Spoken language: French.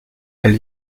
elle